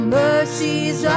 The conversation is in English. mercies